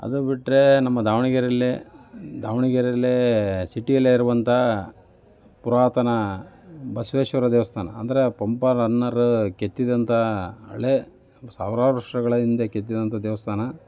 ಅದು ಬಿಟ್ಟರೆ ನಮ್ಮ ದಾವಣಗೆರೆಯಲ್ಲಿ ದಾವಣ್ಗೆರೆಯಲ್ಲಿ ಸಿಟಿಯಲ್ಲೇ ಇರುವಂಥ ಪುರಾತನ ಬಸವೇಶ್ವರ ದೇವಸ್ಥಾನ ಅಂದರೆ ಪಂಪ ರನ್ನರು ಕೆತ್ತಿದಂತಹ ಹಳೆ ಸಾವಿರಾರು ವರ್ಷಗಳ ಹಿಂದೆ ಕೆತ್ತಿದಂಥ ದೇವಸ್ಥಾನ